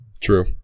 True